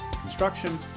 construction